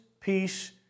peace